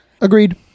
agreed